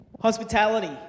Hospitality